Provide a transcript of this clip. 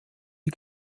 die